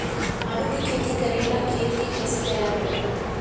आलू के खेती करेला खेत के कैसे तैयारी होला?